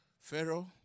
Pharaoh